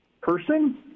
person